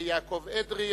יעקב אדרי,